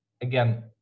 again